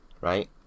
right